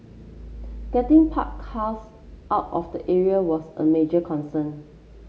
getting parked cars out of the area was a major concern